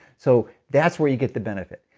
so that's where you get the benefit.